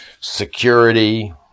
Security